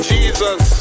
Jesus